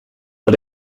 but